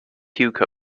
codes